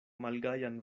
malgajan